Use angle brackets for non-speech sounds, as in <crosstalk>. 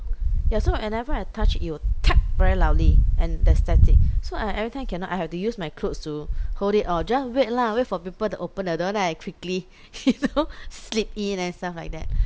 ya so whenever I touch it it will tap very loudly and there's static so I every time cannot I have to use my clothes to hold it or just wait lah wait for people to open the door then I quickly <laughs> you know slip in then stuff like that